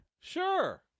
Sure